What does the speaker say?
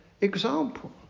example